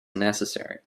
necessary